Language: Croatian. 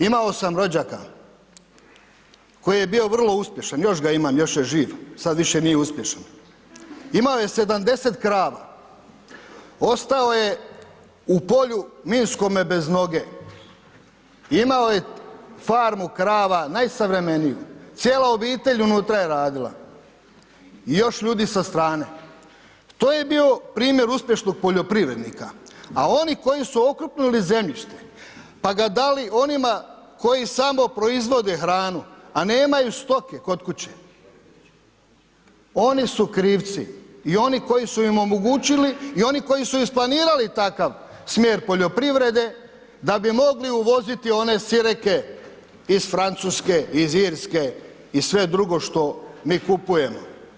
Imao sam rođaka koji je bio vrlo uspješan, još ga imam, još je živ, sad više nije uspješan, imao je 70 krava, ostao je polju minskome bez noge, imao je farmu krava najsavremeniju, cijela obitelj unutra je radila i još ljudi sa strane, to je bio primjer uspješnog poljoprivrednika, a oni koji su okrupnuli zemljište, pa ga dali onima koji samo proizvode hranu, a nemaju stoke kod kuće, oni su krivci i oni koji su im omogućili i oni koji su isplanirali takav smjer poljoprivrede da bi mogli uvoziti one sireke iz Francuske, iz Irske, i sve drugo što mi kupujemo.